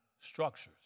structures